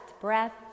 breath